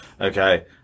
Okay